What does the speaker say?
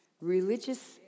Religious